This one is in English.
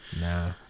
Nah